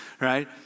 right